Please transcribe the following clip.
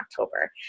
October